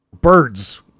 Birds